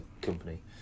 company